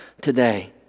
today